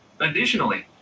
Additionally